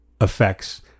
effects